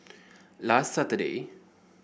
last Saturday